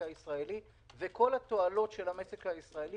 כל הנתונים היום נמצאים במשרד האוצר.